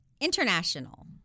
international